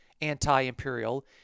anti-imperial